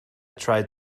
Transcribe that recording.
tried